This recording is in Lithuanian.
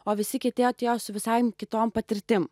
o visi kiti atėjo su visai kitom patirtim